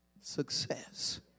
success